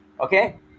okay